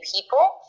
people